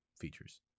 features